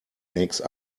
makes